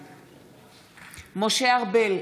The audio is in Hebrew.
בעד משה ארבל,